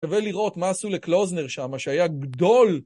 שווה לראות מה עשו לקלוזנר שם, מה שהיה גדול!